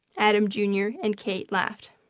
adam, jr, and kate laughed.